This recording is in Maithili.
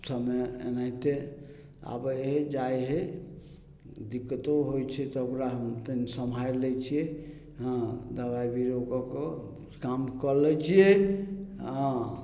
समय एनाहिते आबय हइ जाइ हइ दिक्कतो होइ छै तऽ ओकरा हम तनी सम्हाइर लै छियै हँ दबाइ बिर्रो कऽ कऽ काम कऽ लै छियै हँ